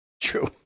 true